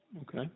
Okay